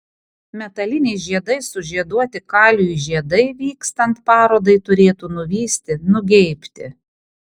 metaliniais žiedais sužieduoti kalijų žiedai vykstant parodai turėtų nuvysti nugeibti